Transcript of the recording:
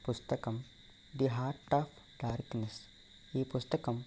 పుస్తకం the heart of darkness ఈ పుస్తకం